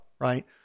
right